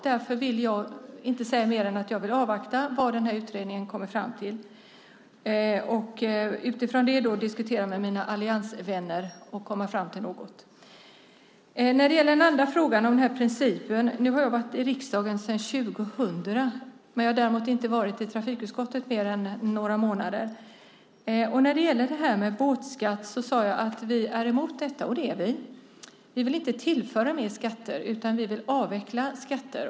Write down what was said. Därför säger jag inte mer än att jag vill avvakta vad utredningen kommer fram till och utifrån det diskutera med mina alliansvänner och komma fram till något. Jag har varit i riksdagen sedan 2000 men däremot inte varit i trafikutskottet mer än några månader. Jag sade att vi är mot båtskatt, och det är vi. Vi vill inte tillföra fler skatter, utan vi vill avveckla skatter.